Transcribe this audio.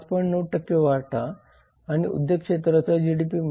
9 आणि उद्योग क्षेत्राचा जीडीपीमध्ये 30